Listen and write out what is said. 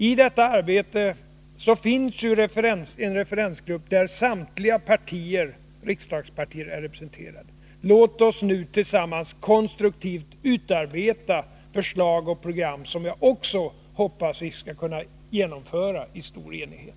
För detta arbete finns det ju en referensgrupp, där samtliga riksdagspartier är representerade. Låt oss nu tillsammans konstruktivt utarbeta förslag och program som vi också, hoppas jag, skall kunna genomföra i stor enighet!